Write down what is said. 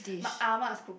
my ah ma's cook